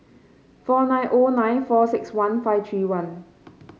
four nine O nine four six one five three one